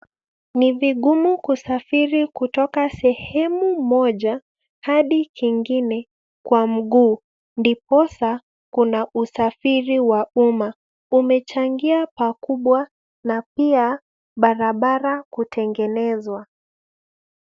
Ni vigumu, kusafiri kutoka sehemu moja hadi kingine kwa miguu, ndiposa kuna usafiri wa umma. Umejangia pakubwa na pia barabara kutengenezwa.